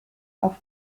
auf